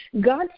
God